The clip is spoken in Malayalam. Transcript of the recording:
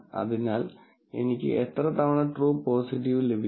അതിനാൽ എനിക്ക് എത്ര തവണ ട്രൂ പോസിറ്റീവ് ലഭിക്കും